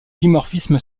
dimorphisme